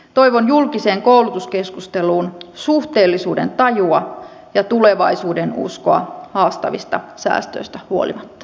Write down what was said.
toivon julkiseen koulutuskeskusteluun suhteellisuudentajua ja tulevaisuudenuskoa haastavista säästöistä huolimatta